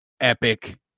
epic